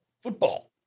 football